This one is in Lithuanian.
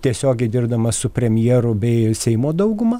tiesiogiai dirbdamas su premjeru bei seimo dauguma